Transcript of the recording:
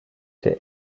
der